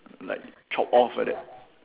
like chopped off like that